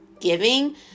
giving